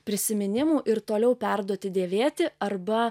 prisiminimų ir toliau perduoti dėvėti arba